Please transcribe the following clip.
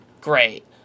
great